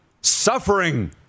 suffering